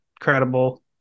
incredible